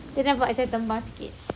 kena buat macam tambah sikit